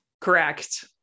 Correct